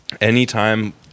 anytime